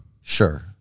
Sure